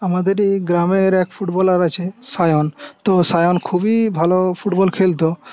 আমাদের এই গ্রামের এক ফুটবলার আছে সায়ন তো সায়ন খুবই ভালো ফুটবল খেলতো